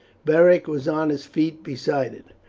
beric was on his feet beside it.